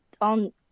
on